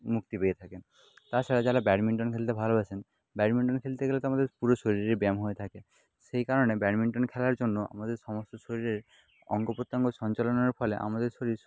মুক্তি পেয়ে থাকেন তাছাড়া যারা ব্যাডমিন্টন খেলতে ভালোবাসেন ব্যাডমিন্টন খেলতে গেলে তো আমাদের পুরো শরীরের ব্যায়াম হয়ে তাকে সেই কারণে ব্যাডমিন্টন খেলার জন্য আমাদের সমস্ত শরীরের অঙ্গ প্রত্যঙ্গ সঞ্চালনার ফলে আমাদের শরীর